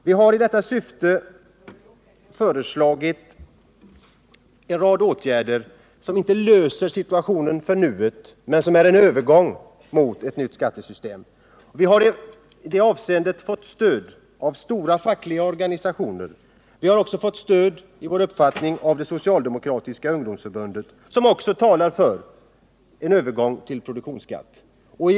Vi har i detta syfte föreslagit en rad åtgärder, som inte löser den nuvarande situationen men som är en övergång mot ett nytt skattesystem. Vi har i det avseendet fått stöd av stora fackliga organisationer. Vi har även fått stöd i vår uppfattning av det socialdemokratiska ungdomsförbundet, som också talar för en övergång till produktionsskatt.